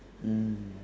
mm